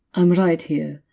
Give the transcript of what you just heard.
i'm right here.